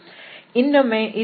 ಇನ್ನೊಮ್ಮೆ ಇದು x ಮತ್ತು y ಹಾಗೂ z